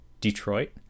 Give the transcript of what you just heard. detroit